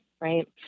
right